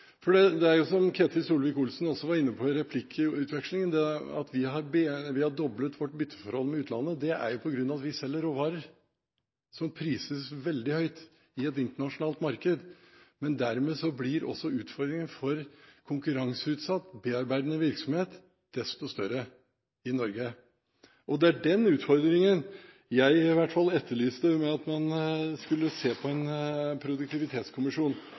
som Ketil Solvik-Olsen også var inne på i replikkvekslingen – doblet vårt bytteforhold med utlandet. Det er fordi vi selger råvarer som prises veldig høyt i et internasjonalt marked. Dermed blir også utfordringen for konkurranseutsatt, bearbeidende virksomhet desto større i Norge, og det er den utfordringen jeg i hvert fall etterlyste med at man skulle se på en produktivitetskommisjon.